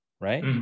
right